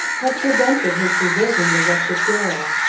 have prevented his deserting the wretched girl.